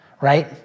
right